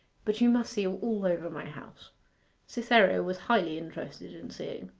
but you must see all over my house cytherea was highly interested in seeing.